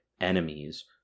enemies